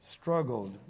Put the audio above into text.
struggled